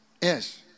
Yes